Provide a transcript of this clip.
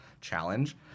challenge